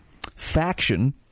faction